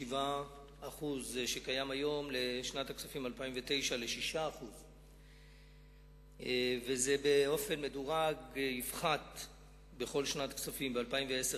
מ-1.7% שקיים היום ל-6% בשנת הכספים 2009. זה יפחת באופן מדורג בכל שנת כספים: ב-2010,